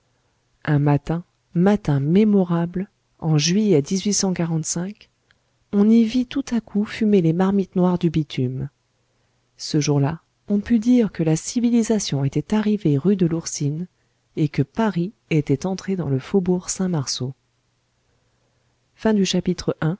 un matin matin mémorable en juillet on